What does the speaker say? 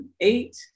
eight